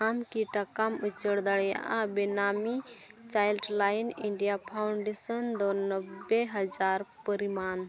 ᱟᱢ ᱠᱤ ᱴᱟᱠᱟᱢ ᱩᱪᱟᱹᱲ ᱫᱟᱲᱮᱭᱟᱜᱼᱟ ᱵᱮᱱᱟᱢᱤ ᱪᱟᱭᱤᱞᱰ ᱞᱟᱭᱤᱱ ᱤᱱᱰᱤᱭᱟ ᱯᱷᱟᱣᱩᱱᱰᱮᱥᱚᱱ ᱫᱚ ᱱᱚᱵᱽᱵᱳᱭ ᱦᱟᱡᱟᱨ ᱯᱚᱨᱤᱢᱟᱱ